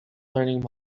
learning